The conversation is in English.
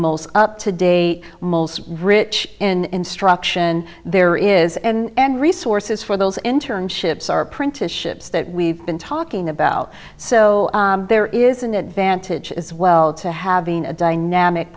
most up to date most rich in instruction there is and resources for those internships are printed ships that we've been talking about so there is an advantage as well to having a dynamic